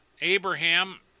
Abraham